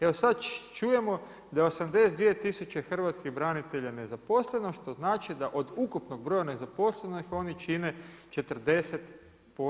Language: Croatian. Evo sad čujemo da je 82000 hrvatskih branitelja je nezaposleno, što znači da od ukupnog broja nezaposlenih, oni čine 40%